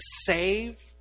save